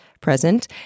present